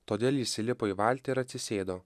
todėl jis įlipo į valtį ir atsisėdo